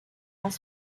las